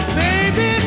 baby